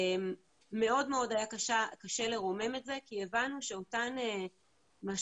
מאוד היה קשה לרומם את זה כי הבנו שאותן משק"יות